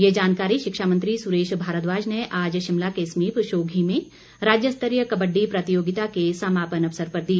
ये जानकारी शिक्षा मंत्री सुरेश भारद्वाज ने आज शिमला के समीप शोधी में राज्यस्तरीय कबड़डी प्रतियोगिता के समापन अवसर पर दी